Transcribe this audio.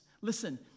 Listen